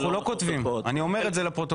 אנחנו לא כותבים, אני אומר את זה לפרוטוקול.